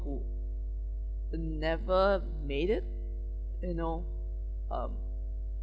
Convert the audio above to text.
who never made it you know um